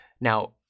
now